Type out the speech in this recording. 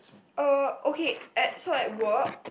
uh okay at so at work